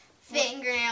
fingernail